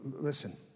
Listen